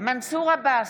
מנסור עבאס,